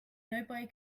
nobody